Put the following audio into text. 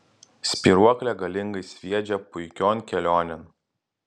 spyruoklė galingai sviedžia puikion kelionėn